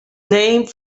named